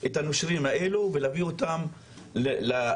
את הנושרים האלו ולהביא אותם למסלול